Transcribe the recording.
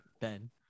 Ben